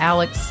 Alex